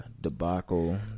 debacle